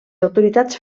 autoritats